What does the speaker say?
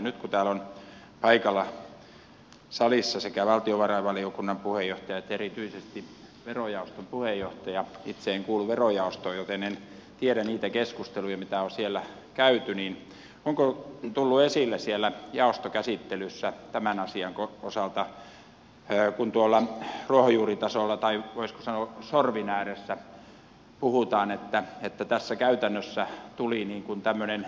nyt kun täällä on paikalla salissa sekä valtiovarainvaliokunnan puheenjohtaja että erityisesti verojaoston puheenjohtaja itse en kuulu verojaostoon joten en tiedä niitä keskusteluja mitä on siellä käyty niin onko tullut esille siellä jaostokäsittelyssä tämän asian osalta se kun tuolla ruohonjuuritasolla tai voisiko sanoa sorvin ääressä puhutaan että tässä käytännössä tuli tämmöinen